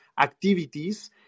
activities